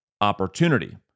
opportunity